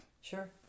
Sure